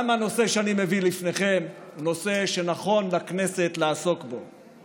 גם הנושא שאני מביא לפניכם הוא נושא שנכון לכנסת לעסוק בו.